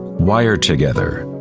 wire together.